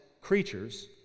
creatures